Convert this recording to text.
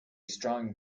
strong